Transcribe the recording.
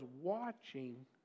watching